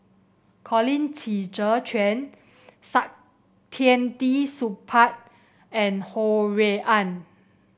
Colin Qi Zhe Quan Saktiandi Supaat and Ho Rui An